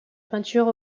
peinture